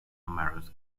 numerous